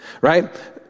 Right